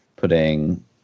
Putting